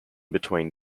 between